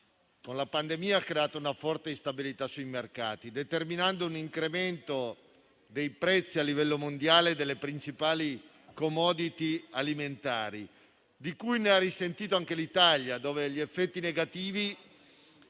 per la pandemia ha creato una forte instabilità sui mercati, determinando un incremento dei prezzi a livello mondiale delle principali *commodity* alimentari, di cui ne ha risentito anche l'Italia, dove gli effetti negativi